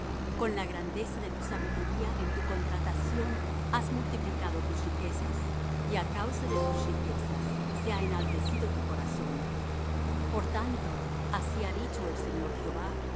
con la grandeza de tu sabiduría en tu contratación has multiplicado tus riquezas y á causa de tus riquezas se ha enaltecido tu corazón por tanto así ha dicho el señor jehová